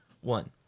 one